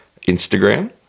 Instagram